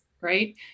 right